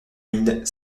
mille